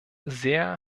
sehr